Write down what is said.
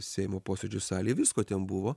seimo posėdžių salėj visko ten buvo